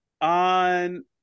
on